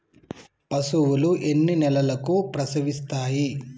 పశువులు ఎన్ని నెలలకు ప్రసవిస్తాయి?